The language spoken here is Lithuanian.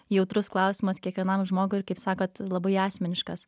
jautrus klausimas kiekvienam žmogui ir kaip sakot labai asmeniškas